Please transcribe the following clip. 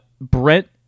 Brent